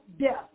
death